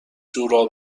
جوراب